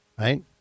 Right